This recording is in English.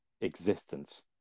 existence